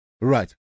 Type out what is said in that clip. Right